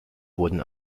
wurden